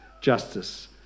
justice